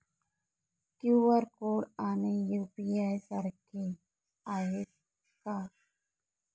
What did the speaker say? QR code आणि UPI सारखे आहेत का?